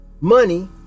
money